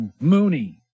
Mooney